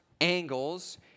angles